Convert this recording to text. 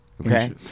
Okay